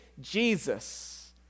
Jesus